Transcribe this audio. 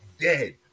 dead